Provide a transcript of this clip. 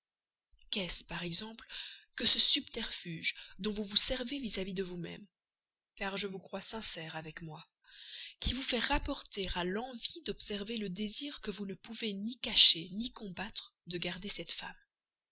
qu'est-ce par exemple que ce subterfuge dont vous vous servez vis-à-vis de vous-même car je vous crois sincère avec moi qui vous fait rapporter à l'envie d'observer le désir que vous ne pouvez ni cacher ni combattre de garder cette femme